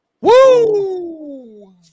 Woo